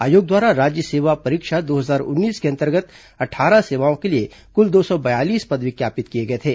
आयोग द्वारा राज्य सेवा परीक्षा दो हजार उन्नीस के अंतर्गत अट्ठारह सेवाओं के लिए कुल दो सौ बयालीस पद विज्ञापित किए गए थे